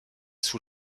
sous